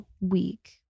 week